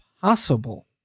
possible